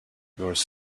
yours